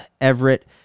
Everett